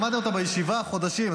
למדנו אותן בישיבה חודשים.